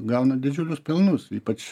gauna didžiulius pelnus ypač